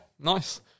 Nice